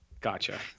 Gotcha